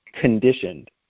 conditioned